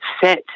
set